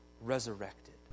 resurrected